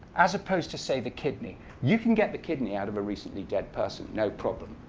as opposed to, say, the kidney you can get the kidney out of a recently dead person no problem.